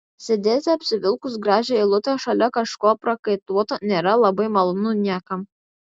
sėdėti apsivilkus gražią eilutę šalia kažko prakaituoto nėra labai malonu niekam